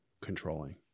controlling